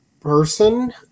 person